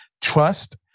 trust